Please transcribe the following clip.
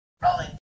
Rolling